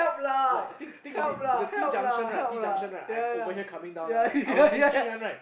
like think of it it's a T junction right T junction right I'm over here coming down one right I was thinking one right